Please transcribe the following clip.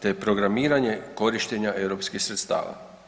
te programiranje korištenja europskih sredstava.